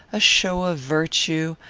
a show of virtue,